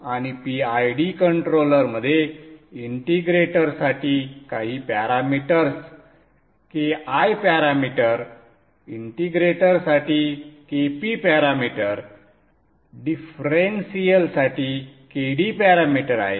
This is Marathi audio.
आणि PID कंट्रोलरमध्ये इंटिग्रेटरसाठी काही पॅरामीटर्स Ki पॅरामीटर इंटिग्रेटरसाठी Kp पॅरामीटर डिफरेंशियल साठी Kd पॅरामीटर आहे